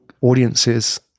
audiences